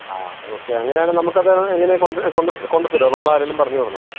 ആ ഓക്കേ അങ്ങനെയാണെങ്കിൽ നമുക്കത് എങ്ങനെയാണ് കൊണ്ട് കൊണ്ട് കൊണ്ട് തരുമോ നമ്മൾ ആരെ എങ്കിലും പറഞ്ഞു വിടണോ